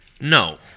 No